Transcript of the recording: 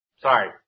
Sorry